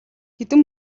хэдэн